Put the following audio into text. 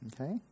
okay